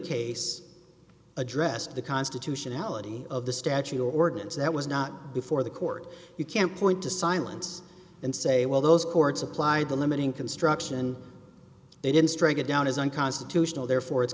case addressed the constitutionality of the statue ordinance that was not before the court you can't point to silence and say well those courts applied the limiting construction they didn't strike it down as unconstitutional therefore it's